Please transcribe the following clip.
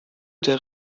der